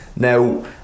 Now